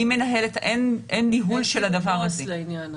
אין ניהול של הדבר הזה.